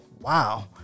wow